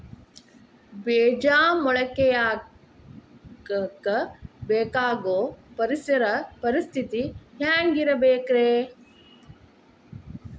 ಬೇಜ ಮೊಳಕೆಯಾಗಕ ಬೇಕಾಗೋ ಪರಿಸರ ಪರಿಸ್ಥಿತಿ ಹ್ಯಾಂಗಿರಬೇಕರೇ?